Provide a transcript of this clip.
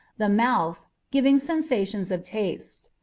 the mouth, giving sensations of taste.